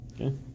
Okay